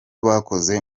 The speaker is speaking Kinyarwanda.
bakoze